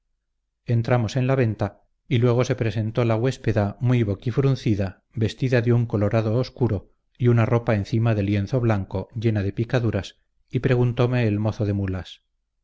entramos en la venta y luego se presentó la huéspeda muy boquifruncida vestida de un colorado oscuro y una ropa encima de lienzo blanco llena de picaduras y preguntóme el mozo de mulas